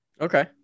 Okay